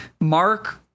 Mark